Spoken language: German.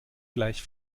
gleich